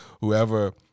whoever